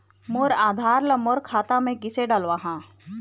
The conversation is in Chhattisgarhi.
मोर आधार ला मोर खाता मे किसे डलवाहा?